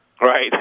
Right